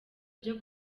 byo